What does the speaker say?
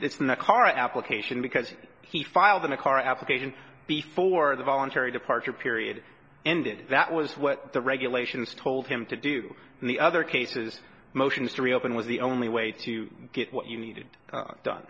current application because he filed in a car application before the voluntary departure period ended that was what the regulations told him to do and the other cases motions to reopen with the only way to get what you needed done